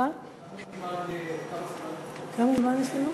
כמה זמן יש לנו?